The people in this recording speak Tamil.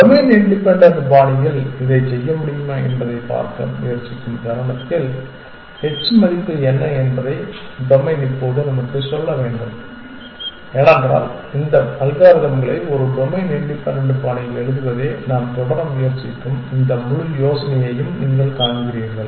டொமைன் இண்டிபென்டன்ட் பாணியில் இதைச் செய்ய முடியுமா என்பதைப் பார்க்க முயற்சிக்கும் தருணத்தில் h மதிப்பு என்ன என்பதை டொமைன் இப்போது நமக்குச் சொல்ல வேண்டும் ஏனென்றால் இந்த அல்காரிதம்களை ஒரு டொமைன் இண்டிபென்டன்ட் பாணியில் எழுதுவதே நாம் தொடர முயற்சிக்கும் இந்த முழு யோசனையையும் நீங்கள் காண்கிறீர்கள்